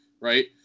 right